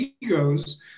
egos